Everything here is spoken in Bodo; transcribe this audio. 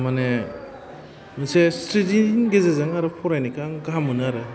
माने इसे स्ट्रेडिजिनि गेजेरदों आरो फरायनायखौ आं गाहाम मोनो आरो